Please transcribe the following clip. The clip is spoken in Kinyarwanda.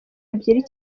ebyiri